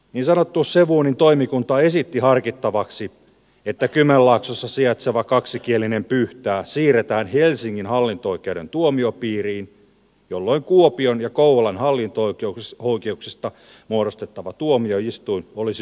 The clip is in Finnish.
niin sanottu sevonin toimikunta esitti harkittavaksi että kymenlaaksossa sijaitseva kaksikielinen pyhtää siirretään helsingin hallinto oikeuden tuomiopiiriin jolloin kuopion ja kouvolan hallinto oikeuksista muodostettava tuomioistuin olisi yksikielinen